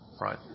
right